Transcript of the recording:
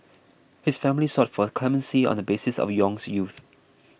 his family sought for clemency on the basis of Yong's youth